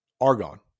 argon